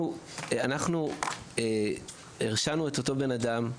אנחנו הרשענו את אותו בן אדם,